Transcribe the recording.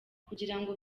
kugirango